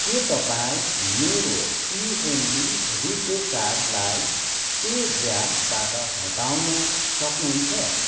के तपाईँ मेरो पिएनबी रुपे कार्डलाई पेज्यापबाट हटाउन सक्नुहुन्छ